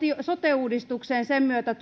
sote uudistukseen ja sen myötä